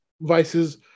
vices